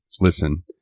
listen